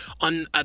on